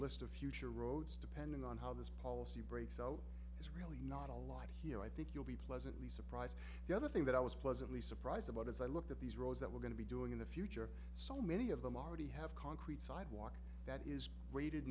list of future roads depending on how this policy breaks out it's really not a lot here i think you'll be pleasantly surprised the other thing that i was pleasantly surprised about as i looked at these roads that were going to be doing in the future so many of them already have concrete sidewalk that is rated